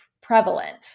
prevalent